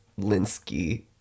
Linsky